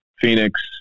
Phoenix